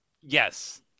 Yes